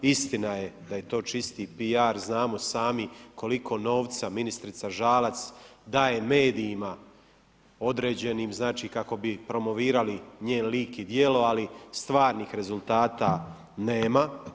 Istina je da je to čisti PR, znamo sami koliko novca ministrica Žalac daje medijima određenim znači kako bi promovirali njen lik i djelo ali stvarnih rezultata nema.